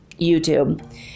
YouTube